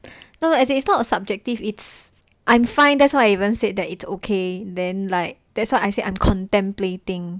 no as it is not a subjective it's I'm fine that's why even said that it's okay then like that's why I said I'm contemplating